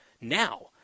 now